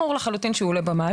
זה ברור לחלוטין שהוא עולה במעלית.